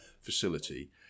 facility